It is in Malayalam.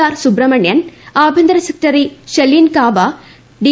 ആർ സുബ്രഹ്മണ്യൻ ആഭ്യന്തര സെക്രട്ടറി ഷലീൻ കാബ ഡി